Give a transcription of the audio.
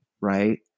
right